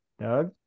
Doug